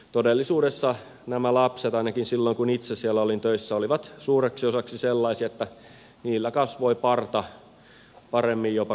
todellisuudessa nämä lapset ainakin silloin kun itse siellä olin töissä olivat suureksi osaksi sellaisia että heillä kasvoi parta jopa paremmin kuin minulla